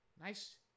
Nice